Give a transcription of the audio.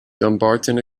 dumbarton